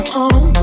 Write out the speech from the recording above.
on